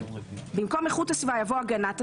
במקום "איכות הסביבה" יבוא "הגנת הסביבה",